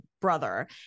brother